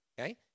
okay